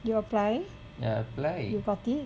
you apply you got it